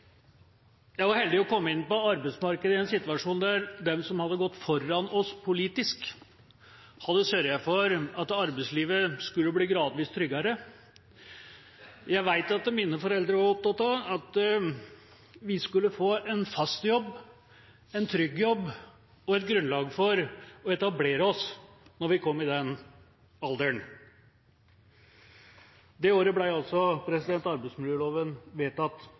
Jeg var så heldig å komme inn på arbeidsmarkedet i en situasjon der de som hadde gått foran oss politisk, hadde sørget for at arbeidslivet skulle bli gradvis tryggere. Jeg vet at mine foreldre var opptatt av at vi skulle få en fast jobb, en trygg jobb og et grunnlag for å etablere oss når vi kom i den alderen. Det året ble altså arbeidsmiljøloven vedtatt.